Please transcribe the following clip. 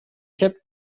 kept